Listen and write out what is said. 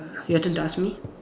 your turn to ask me